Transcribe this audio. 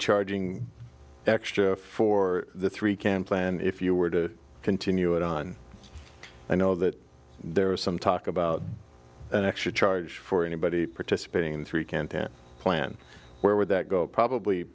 charging extra for the three cam plan if you were to continue it on i know that there was some talk about an extra charge for anybody participating in three can't plan where would that go probably